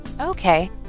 Okay